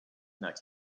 next